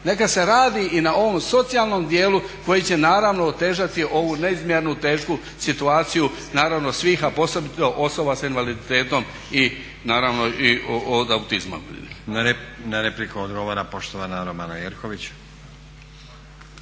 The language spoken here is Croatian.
Neka se radi i na ovom socijalnom dijelu koji će naravno otežati ovu neizmjerno tešku situaciju naravno svih, a posebito osoba sa invaliditetom i naravno i od autizma. **Stazić, Nenad (SDP)** Na repliku odgovara poštovana Romana Jerković.